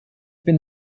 bin